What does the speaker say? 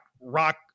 rock